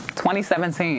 2017